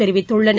தெரிவித்துள்ளனர்